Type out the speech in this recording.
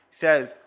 says